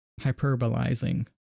Hyperbolizing